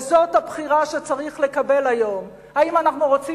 וזאת הבחירה שצריך לקבל היום: האם אנחנו רוצים